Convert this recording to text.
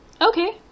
Okay